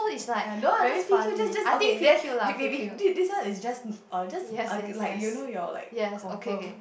ya no ah just P_Q just just okay then maybe this this one is just err just err you know your like confirm